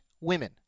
women